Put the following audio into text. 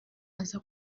aza